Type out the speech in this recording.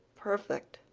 perfect,